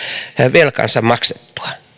velkansa maksettua